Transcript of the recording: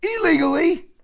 illegally